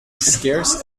scarce